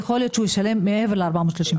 יכול להיות שהוא ישלם מעבר ל-430 שקלים.